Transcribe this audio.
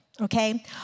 okay